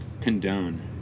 Condone